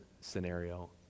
scenario